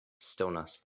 stillness